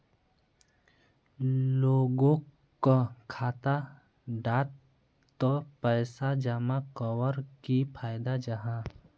लोगोक खाता डात पैसा जमा कवर की फायदा जाहा?